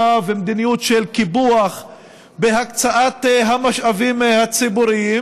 ומדיניות של קיפוח בהקצאת המשאבים הציבוריים